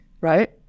right